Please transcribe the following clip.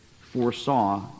foresaw